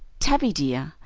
tavie, dear,